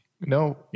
No